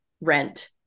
rent